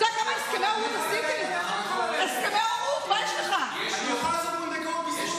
אני מחזיקה את הבית שלי,